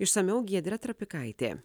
išsamiau giedrė trapikaitė